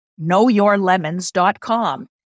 knowyourlemons.com